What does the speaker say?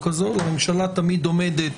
לממשלה תמיד עומדת